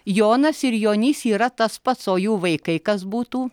jonas ir jonys yra tas pats o jų vaikai kas būtų